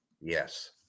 Yes